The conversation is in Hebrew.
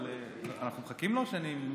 רגע, אבל אנחנו מחכים לו או שאני מתחיל?